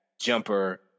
jumper